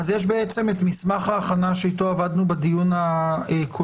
אז יש בעצם את מסמך ההכנה שאיתו עבדנו בדיון הקודם.